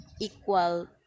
equal